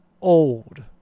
old